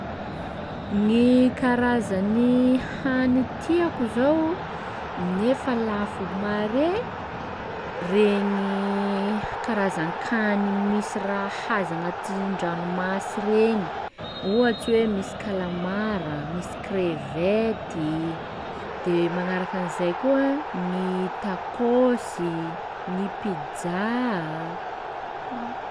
Gny karazan'ny hany tiako zao nefa lafo mare, regny karazan-kany misy raha haza agnatin-dranomasy regny, ohatsy hoe misy kalamara, misy crevette i, de magnaraka an'izay koa gny tacos i, gny pizza a.